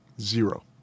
Zero